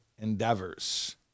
endeavors